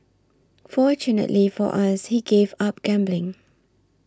fortunately for us he gave up gambling